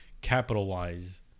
capital-wise